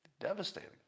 devastating